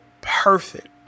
perfect